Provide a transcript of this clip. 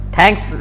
Thanks